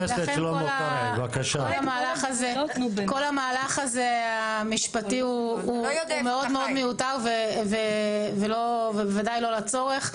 כל המהלך הזה המשפטי הוא מאוד מיותר וודאי לא לצורך.